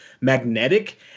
magnetic